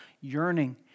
yearning